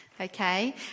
Okay